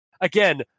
again